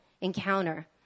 encounter